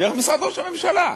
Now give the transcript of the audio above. דרך משרד ראש הממשלה.